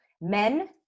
Men